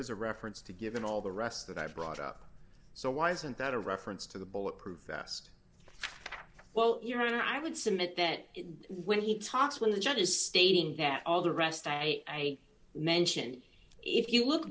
is a reference to given all the rest that i've brought up so why isn't that a reference to the bulletproof vest well your honor i would submit that when he talks when the judge is stating that all the rest i mentioned if you look